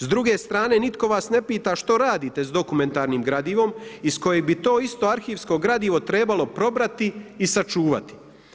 S druge strane, nitko vas ne pita što ćete s dokumentarnim gradivom iz kojeg bi to isto arhivsko gradivo trebalo probrati i sačuvati.